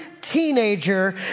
teenager